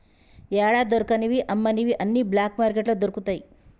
యాడా దొరకని అమ్మనివి అన్ని బ్లాక్ మార్కెట్లో దొరుకుతయి